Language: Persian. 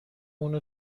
اونو